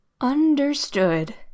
Understood